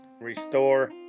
Restore